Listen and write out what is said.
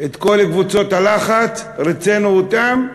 את כל קבוצות הלחץ, ריצינו אותם,